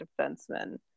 defensemen